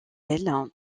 elle